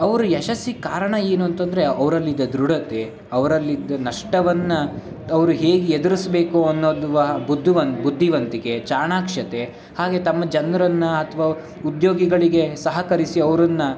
ಅವ್ರ ಯಶಸ್ಸಿಗೆ ಕಾರಣ ಏನು ಅಂತಂದರೆ ಅವರಲ್ಲಿದ್ದ ದೃಢತೆ ಅವರಲ್ಲಿದ್ದ ನಷ್ಟವನ್ನು ಅವರು ಹೇಗೆ ಎದ್ರಿಸ್ಬೇಕು ಅನ್ನೋದ್ನ ಬುದ್ದುವನ್ ಬುದ್ಧಿವಂತಿಕೆ ಚಾಣಾಕ್ಷತೆ ಹಾಗೇ ತಮ್ಮ ಜನ್ರನ್ನು ಅಥವಾ ಉದ್ಯೋಗಿಗಳಿಗೆ ಸಹಕರಿಸಿ ಅವ್ರನ್ನು